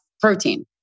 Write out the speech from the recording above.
protein